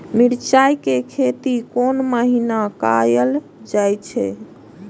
मिरचाय के खेती कोन महीना कायल जाय छै?